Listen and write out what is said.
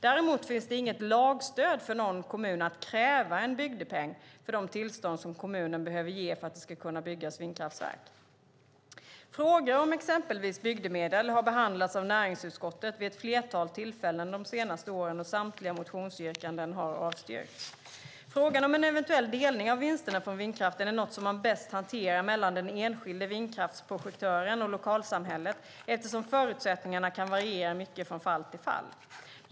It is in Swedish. Däremot finns det inget lagstöd för någon kommun att kräva en bygdepeng för de tillstånd som kommunen behöver ge för att det ska kunna byggas vindkraftverk. Frågor om exempelvis bygdemedel har behandlats av näringsutskottet vid ett flertal tillfällen de senaste åren, och samtliga motionsyrkanden har avstyrkts. Frågan om en eventuell delning av vinsterna från vindkraften är något som man bäst hanterar mellan den enskilde vindkraftsprojektören och lokalsamhället eftersom förutsättningarna kan variera mycket från fall till fall.